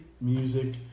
music